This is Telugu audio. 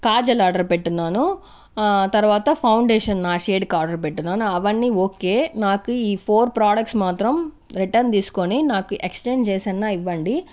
కాజల్ ఆర్డర్ పెట్టున్నాను ఆ తరవాత ఫౌండేషన్ నా షేడ్కి ఆర్డర్ పెట్టున్నాను అవన్నీ ఓకే నాకు ఈ ఫోర్ ప్రాడక్ట్స్ మాత్రం రిటర్న్ తీసుకొని నాకు ఎక్స్చేంజ్ చేసి అన్నా ఇవ్వండి